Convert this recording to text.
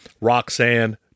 Roxanne